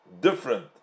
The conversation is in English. different